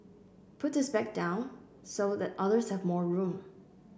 puts his bag down so that others have more room